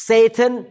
Satan